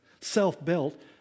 self-built